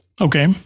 Okay